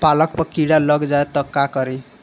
पालक पर कीड़ा लग जाए त का करी?